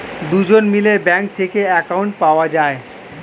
দুজন মিলে ব্যাঙ্ক থেকে অ্যাকাউন্ট পাওয়া যায়